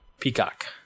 Peacock